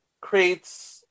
creates